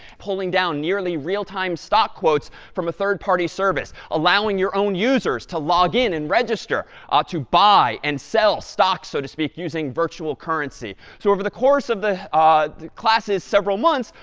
pulling down nearly real-time stock quotes from a third party service, allowing your own users to log in and register ah to buy and sell stocks, so to speak, using virtual currency. so over the course of the class's several months,